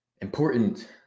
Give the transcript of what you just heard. important